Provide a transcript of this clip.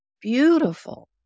beautiful